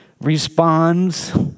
responds